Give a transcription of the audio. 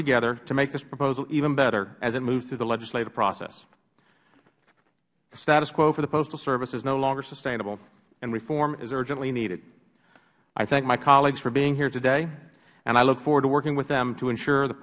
together to make this proposal even better as it moves through the legislative process the status quo for the postal service is no longer sustainable and reform is urgently needed i thank my colleagues for being here today and i look forward to working with them to ensure the